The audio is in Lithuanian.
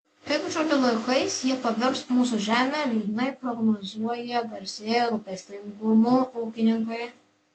piktžolių laukais jie pavers mūsų žemę liūdnai prognozuoja garsėję rūpestingumu ūkininkai